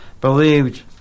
believed